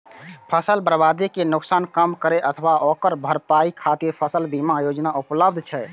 फसल बर्बादी के नुकसान कम करै अथवा ओकर भरपाई खातिर फसल बीमा योजना उपलब्ध छै